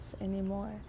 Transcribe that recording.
anymore